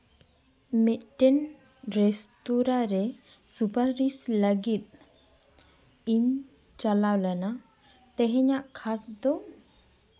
ᱢᱤᱫᱴᱮᱱ ᱨᱮᱸᱥᱛᱳᱨᱟᱨᱮ ᱥᱩᱯᱟᱨᱤᱥ ᱞᱟᱹᱜᱤᱫ ᱤᱧ ᱪᱟᱞᱟᱣ ᱞᱮᱱᱟ ᱛᱮᱦᱮᱧᱟᱜ ᱠᱷᱟᱥ ᱫᱚ